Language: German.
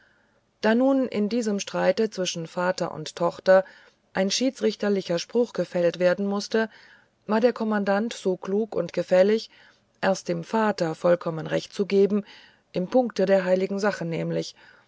da nun in diesem streite zwischen vater und tochter ein schiedsrichterlicher spruch gefällt werden mußte war der kommandant so klug und gefällig erst dem vater vollkommen recht zu geben im punkte der heiligen sache nämlich